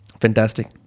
Fantastic